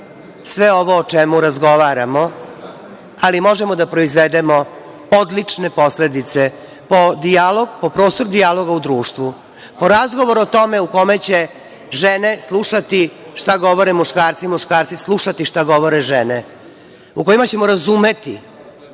sve ovo o čemu razgovaramo, ali možemo da proizvedemo odlične posledice po dijalog, po prostor dijaloga u društvu, o razgovoru o tome u kome će žene slušati šta govore muškarci, muškarci slušati šta govore žene, u kojima ćemo razumeti